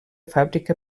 fàbrica